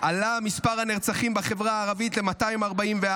עלה מספר הנרצחים בחברה הערבית ל-244,